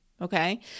okay